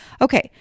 Okay